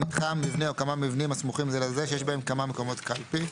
"מתחם" - מבנה או כמה מבנים הסמוכים זה לזה שיש בהם כמה מקומות קלפי.